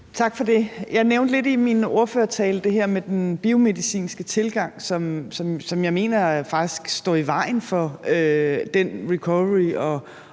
Tak for det. Jeg nævnte i min ordførertale det her med den biomedicinske tilgang, som jeg mener faktisk står i vejen for den recoverytilgang